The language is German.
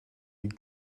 wie